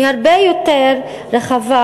היא הרבה יותר רחבה